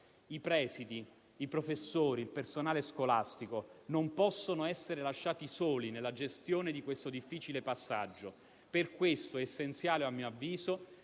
I presidi, i professori e il personale scolastico, non possono essere lasciati soli nella gestione di questo difficile passaggio. Per questo è - a mio avviso